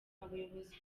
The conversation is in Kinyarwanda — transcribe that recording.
abayobozi